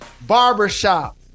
Barbershop